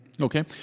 Okay